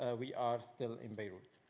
ah we are still in beirut.